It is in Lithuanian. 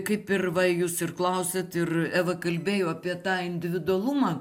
kaip ir va jūs ir klausėt ir eva kalbėjo apie tą individualumą